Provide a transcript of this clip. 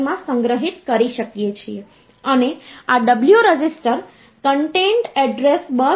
તેથી આ બેઝ 10 છે તેને આપણે હેકઝાડેસિમલ નંબર સિસ્ટમમાં કન્વર્ટ કરવા માંગીએ છીએ એટલે કે બેઝ 16 નંબર સિસ્ટમ માં